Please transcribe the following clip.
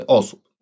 osób